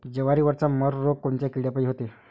जवारीवरचा मर रोग कोनच्या किड्यापायी होते?